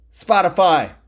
Spotify